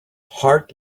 heart